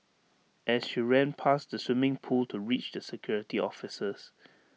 as she ran past the swimming pool to reach the security officers